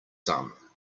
some